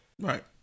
right